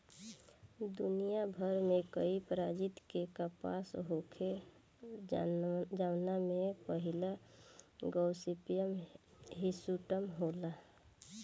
दुनियाभर में कई प्रजाति के कपास होखेला जवना में पहिला गॉसिपियम हिर्सुटम होला